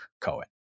Cohen